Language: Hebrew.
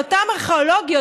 על אותן חפירות ארכיאולוגיות,